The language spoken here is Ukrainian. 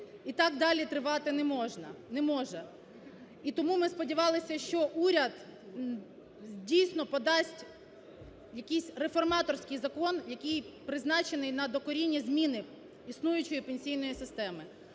І так далі тривати не може. І тому ми сподівалися, що уряд дійсно подасть якийсь реформаторський закон, який призначений на докорінні зміни існуючої пенсійної системи.